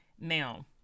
now